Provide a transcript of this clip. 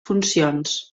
funcions